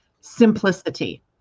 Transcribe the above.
Simplicity